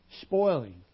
spoiling